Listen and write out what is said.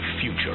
future